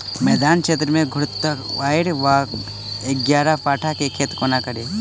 मैदानी क्षेत्र मे घृतक्वाइर वा ग्यारपाठा केँ खेती कोना कड़ी?